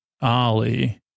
Ollie